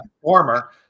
former